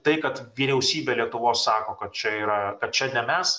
tai kad vyriausybė lietuvos sako kad čia yra kad čia ne mes